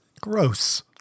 Gross